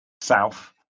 south